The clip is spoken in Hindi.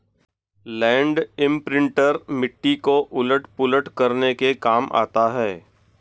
लैण्ड इम्प्रिंटर मिट्टी को उलट पुलट करने के काम आता है